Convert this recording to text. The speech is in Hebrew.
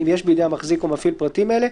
אם יש בידי המחזיק או המפעיל פרטים אלה.